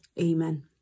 amen